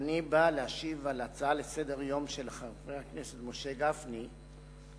אני בא להשיב על הצעה לסדר-היום של חבר הכנסת משה גפני שאמרה: